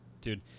dude